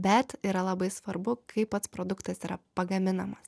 bet yra labai svarbu kaip pats produktas yra pagaminamas